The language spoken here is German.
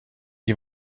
die